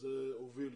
וזה הוביל